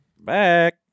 Back